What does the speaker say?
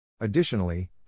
Additionally